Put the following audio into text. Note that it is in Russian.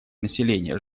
населения